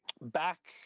back